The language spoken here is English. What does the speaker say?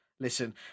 Listen